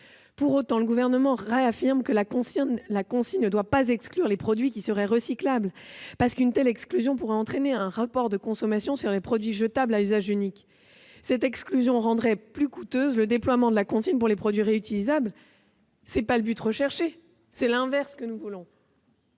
Pour autant, le Gouvernement réaffirme que la consigne ne doit pas exclure les produits qui seraient recyclables. Une telle exclusion pourrait en effet entraîner un report de consommation sur les produits jetables à usage unique, ce qui rendrait plus coûteux le déploiement de la consigne pour les produits réutilisables. Ce n'est pas le but recherché, c'est même l'inverse de ce que nous voulons.